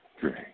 Great